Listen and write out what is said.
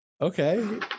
Okay